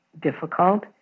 difficult